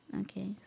Okay